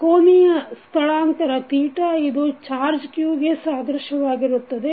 ಕೋನೀಯ ಸ್ಥಳಾಂತರ ಇದು ಚಾರ್ಜ q ಗೆ ಸಾದೃಶ್ಯವಾಗಿರುತ್ತದೆ